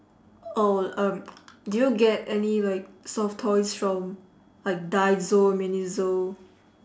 oh um do you get any like soft toys from like daiso miniso